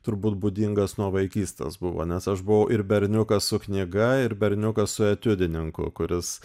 turbūt būdingas nuo vaikystės buvo nes aš buvau ir berniukas su knyga ir berniukas su etiudininku kuris